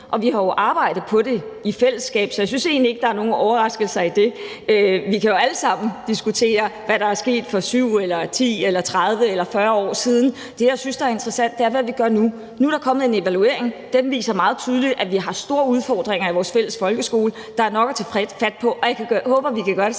og vi har jo arbejdet på det i fællesskab, så jeg synes egentlig ikke, at der er nogen overraskelser i det. Vi kan jo alle sammen diskutere, hvad der er sket for 7, 10, 30 eller 40 år siden, men det, jeg synes er interessant, er, hvad vi gør nu. Nu er der kommet en evaluering, og den viser meget tydeligt, at vi har store udfordringer i vores fælles folkeskole. Der er nok at tage fat på, og jeg håber, vi kan gøre det sammen